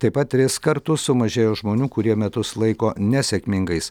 taip pat tris kartus sumažėjo žmonių kurie metus laiko nesėkmingais